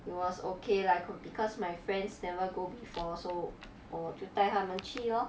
it was okay lah cau~ because my friends never go before so 我就带他们去 lor